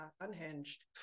Unhinged